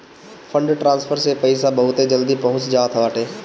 fund transfer से पईसा बहुते जल्दी पहुंच जात बाटे